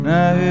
Now